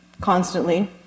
constantly